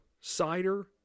cider